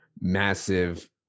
massive